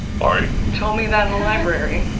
ah told me that in the library.